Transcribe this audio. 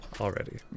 already